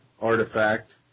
artifact